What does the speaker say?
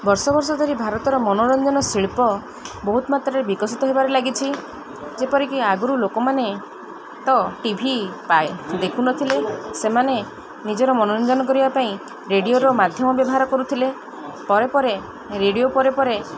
ବର୍ଷ ବର୍ଷ ଧରି ଭାରତର ମନୋରଞ୍ଜନ ଶିଳ୍ପ ବହୁତ ମାତ୍ରାରେ ବିକଶିତ ହେବାରେ ଲାଗିଛି ଯେପରିକି ଆଗରୁ ଲୋକମାନେ ତ ଟି ଭି ଦେଖୁନଥିଲେ ସେମାନେ ନିଜର ମନୋରଞ୍ଜନ କରିବା ପାଇଁ ରେଡ଼ିଓର ମାଧ୍ୟମ ବ୍ୟବହାର କରୁଥିଲେ ପରେ ପରେ ରେଡ଼ିଓ ପରେ ପରେ